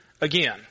again